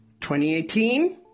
2018